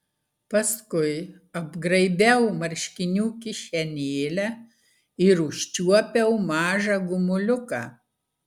paskui apgraibiau marškinių kišenėlę ir užčiuopiau mažą gumuliuką